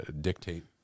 dictate